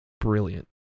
brilliant